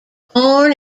born